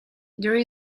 there